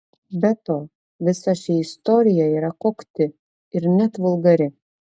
be to visa ši istorija yra kokti ir net vulgari